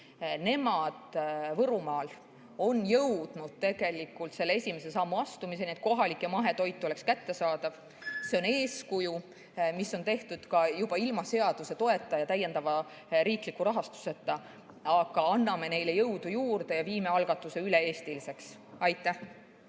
Nemad on Võrumaal jõudnud esimese sammu astumiseni, et kohalik mahetoit oleks kättesaadav. See on eeskuju, mis on loodud ilma seaduse toeta ja täiendava riikliku rahastuseta. Aga anname neile jõudu juurde ja muudame algatuse üle-eestiliseks! Aitäh!